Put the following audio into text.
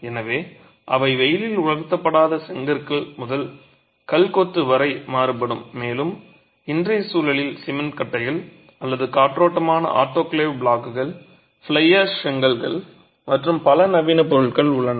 எனவே அவை வெயிலில் உலர்த்தப்படாத செங்கற்கள் முதல் கல் கொத்து வரை மாறுபடும் மேலும் இன்றைய சூழலில் சிமென்ட் கட்டைகள் அல்லது காற்றோட்டமான ஆட்டோகிளேவ் பிளாக்குகள் ஃப்ளை ஆஷ் செங்கல்கள் மற்றும் பல நவீன பொருட்கள் உள்ளன